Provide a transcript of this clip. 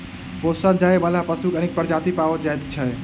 पोसल जाय बला पशुक अनेक प्रजाति पाओल जाइत छै